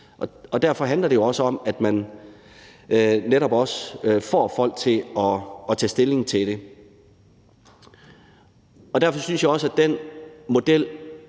Og derfor handler det jo også om, at man netop også får folk til at tage stilling til det. Derfor synes jeg også, at den model,